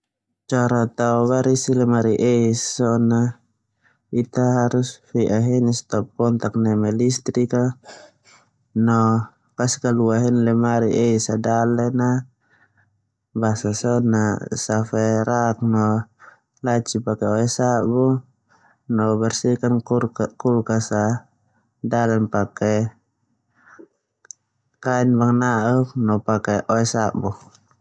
Cara tao barisis lemari es, ita harus fe'a heni stip kontak neme listrik no kadi kalua heni lemari es aa dalen a basa so na safe rak no laci pake sabu no bersihkan kulkas a dalen a pake sidi bangna'uk no pake oe sabu.